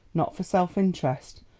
not for self-interest,